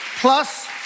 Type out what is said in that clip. Plus